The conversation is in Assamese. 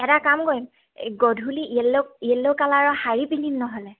এটা কাম কৰিম গধূলি য়েল্ল' য়েল্ল' কালাৰৰ শাৰী পিন্ধিম নহ'লে